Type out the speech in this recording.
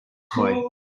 toy